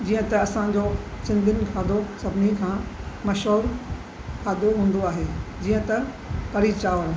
जीअं त असांजो सिंधीयुनि खाधो सभिनी खां मशहूरु खाधो हूंदो आहे जीअं त कढ़ी चांवर